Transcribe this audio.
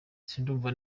sindumva